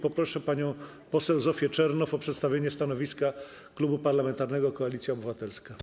Poproszę panią poseł Zofię Czernow o przedstawienie stanowiska Klubu Parlamentarnego Koalicja Obywatelska.